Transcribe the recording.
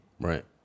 right